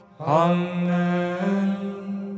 Amen